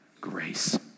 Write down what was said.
Grace